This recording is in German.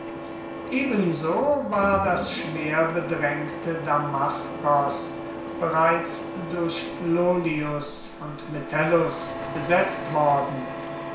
ebenso war das schwer bedrängte damaskos bereits durch lollius und metellus besetzt worden